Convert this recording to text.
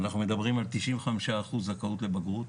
אנחנו מדברים על 95% זכאות לבגרות